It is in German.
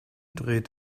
dreht